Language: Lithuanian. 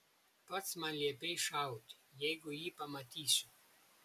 pats man liepei šauti jeigu jį pamatysiu